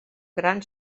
gran